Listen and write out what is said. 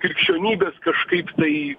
krikščionybės kažkaip tai